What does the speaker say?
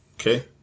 okay